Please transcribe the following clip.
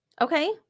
Okay